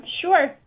Sure